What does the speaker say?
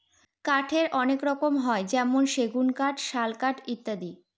কাঠের অনেক রকম হয় যেমন সেগুন কাঠ, শাল কাঠ ইত্যাদি